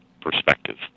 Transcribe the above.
perspective